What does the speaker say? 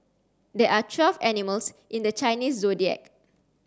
there are twelve animals in the Chinese Zodiac